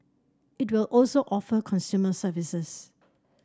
it will also offer consumer services